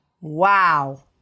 Wow